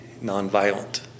nonviolent